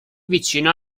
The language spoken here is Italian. vicino